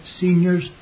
seniors